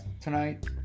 tonight